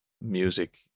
music